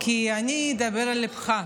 אני אדבר על ליבך,